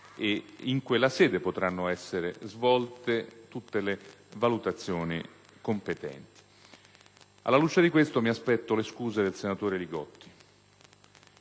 e in quella sede potranno essere svolte tutte le valutazioni competenti. Alla luce di ciò, mi aspetto le scuse del senatore Li Gotti,